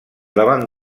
davant